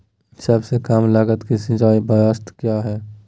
सबसे कम लगत की सिंचाई ब्यास्ता क्या है?